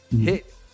hit